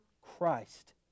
Christ